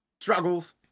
struggles